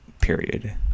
period